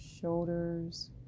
shoulders